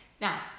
Now